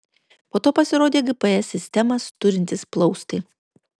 po to pasirodė gps sistemas turintys plaustai